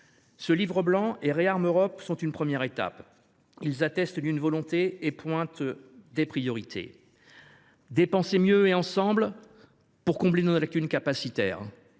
Ce livre blanc et ReArm Europe sont une première étape. Ils attestent une volonté et pointent des priorités : dépenser mieux et ensemble pour combler nos lacunes capacitaires,